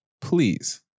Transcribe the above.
please